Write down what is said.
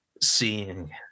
seeing